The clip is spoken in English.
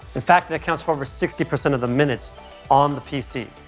in fact, it accounts for over sixty percent of the minutes on the pc.